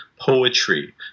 Poetry